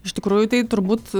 iš tikrųjų tai turbūt